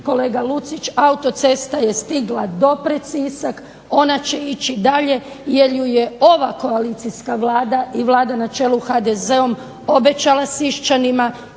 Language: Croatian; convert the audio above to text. kolega Lucić, autocesta je stigla do pred Sisak, ona će ići dalje jer ju je ova koalicijska Vlada i Vlada na čelu s HDZ-om obećala Siščanima